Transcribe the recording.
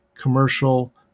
commercial